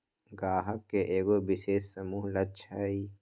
गाहक के एगो विशेष समूह लक्ष हई